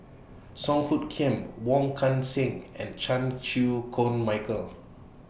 Song Hoot Kiam Wong Kan Seng and Chan Chew Koon Michael